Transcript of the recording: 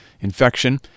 infection